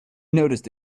noticed